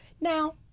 Now